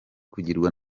kugirwa